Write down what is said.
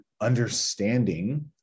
understanding